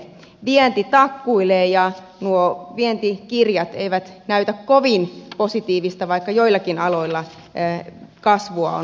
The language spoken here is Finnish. vienti takkuilee ja nuo vientikirjat eivät näytä kovin positiivista vaikka joillakin aloilla kasvua on luvassa